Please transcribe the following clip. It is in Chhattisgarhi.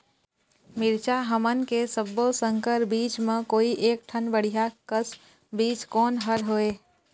मिरचा हमन के सब्बो संकर बीज म कोई एक ठन बढ़िया कस बीज कोन हर होए?